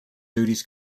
duties